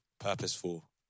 purposeful